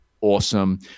awesome